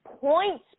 points